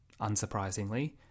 unsurprisingly